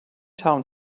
town